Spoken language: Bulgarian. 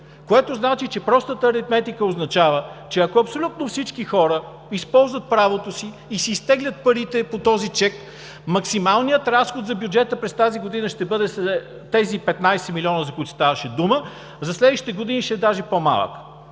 Това значи, че простата аритметика означава, че ако абсолютно всички хора използват правото си и си изтеглят парите по този чек, максималният разход за бюджета през тази година ще бъде тези 15 милиона, за които ставаше дума. За следващите години ще е даже по-малък.